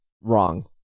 wrong